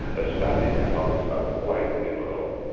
ah spanish catholics are quite liberal,